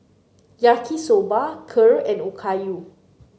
Yaki Soba Kheer and Okayu